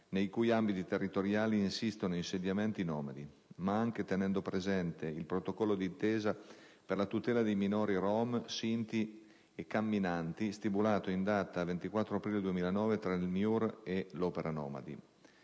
nei cui ambiti territoriali insistono insediamenti nomadi, ma anche tenendo presente il protocollo d'intesa per la tutela dei minori rom, sinti e camminanti stipulato in data 24 aprile 2009 tra il MIUR e l'Opera nomadi.